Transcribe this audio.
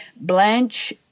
Blanche